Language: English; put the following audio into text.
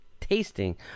tasting